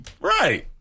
Right